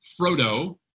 Frodo